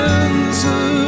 answer